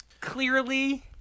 clearly